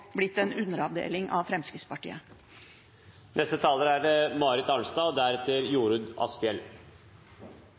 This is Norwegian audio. blitt en underavdeling av Fremskrittspartiet.